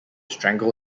strangle